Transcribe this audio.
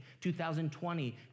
2020